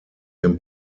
dem